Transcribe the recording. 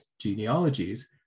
genealogies